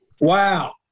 Wow